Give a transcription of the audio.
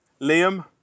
liam